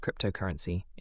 cryptocurrency